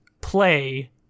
play